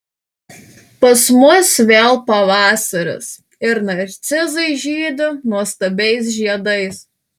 pas mus vėl pavasaris ir narcizai žydi nuostabiais žiedais